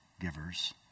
givers